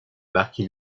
marquis